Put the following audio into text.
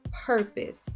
purpose